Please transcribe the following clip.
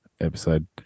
episode